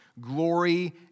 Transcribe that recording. glory